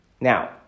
Now